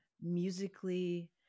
Musically